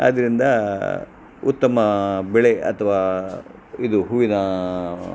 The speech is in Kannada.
ಆದ್ದರಿಂದ ಉತ್ತಮ ಬೆಳೆ ಅಥವಾ ಇದು ಹೂವಿನ